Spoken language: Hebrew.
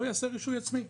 לא יעשה רישוי עצמי.